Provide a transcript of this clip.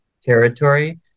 territory